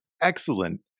excellent